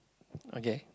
okay